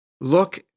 look